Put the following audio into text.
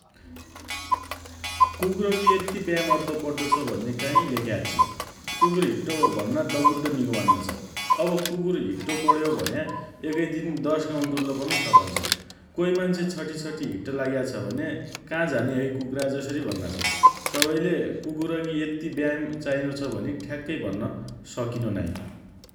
कुकरकी यत्ति व्यायाम अद्दो पड्डो छ भन्ने काँही लेख्या आच्छि । कुकुर हिट्ट भन्ना दगुड्ड निको मान्नो छ । अब कुकुर हिट्टो पण्यो भन्या एकै दिन दश गाउँ डुल्ल पन सकन्छ । कोही मान्छे छटिछटि हिट्ट लाग्या छ भने का झाने होइ कुकुरा जसरी भन्ना छन् । तबैले कुकुरकी यत्ति व्यायाम चाहिनो छ भनि ठ्याक्कै भन्न सकिनो नाइ ।